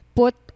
put